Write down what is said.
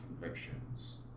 convictions